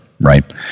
right